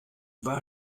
war